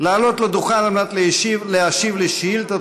לעלות לדוכן על מנת להשיב על שאילתה